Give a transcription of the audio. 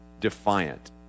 defiant